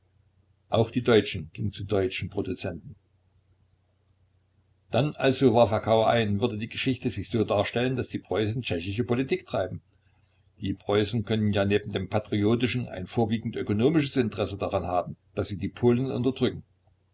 auch die deutschen gingen zu deutschen produzenten dann also warf herr kauer ein würde die geschichte sich so darstellen daß die preußen tschechische politik treiben die preußen können ja neben dem patriotischen ein vorwiegend ökonomisches interesse daran haben daß sie die polen unterdrücken